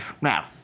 now